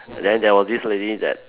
then there was this lady that